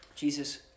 Jesus